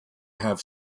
have